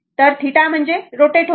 तर θ म्हणजे रोटेट होणे